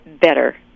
better